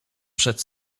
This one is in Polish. przed